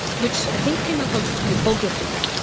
which i think came out of typography,